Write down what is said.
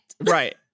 Right